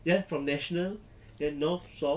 ye from national then north south